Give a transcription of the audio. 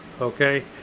okay